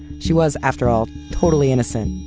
she was, after all, totally innocent.